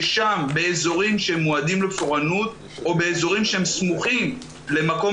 ששם באזורים שהם מועדים לפורענות או באזורים שסמוכים למקום